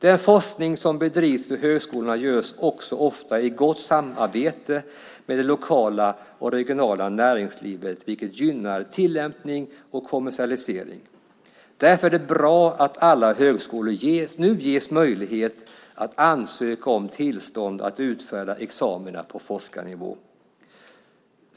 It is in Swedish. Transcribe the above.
Den forskning som bedrivs vid högskolorna görs också ofta i ett gott samarbete med det lokala och regionala näringslivet, vilket gynnar tillämpning och kommersialisering. Därför är det bra att alla högskolor nu ges möjlighet att ansöka om tillstånd att utfärda examina på forskarnivå.